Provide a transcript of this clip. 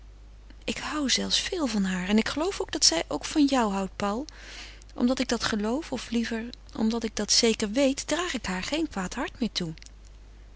ik hoû zelfs veel van haar en ik geloof dat zij ook van jou houdt paul omdat ik dat geloof of liever omdat ik dat zeker weet draag ik haar geen kwaad hart meer toe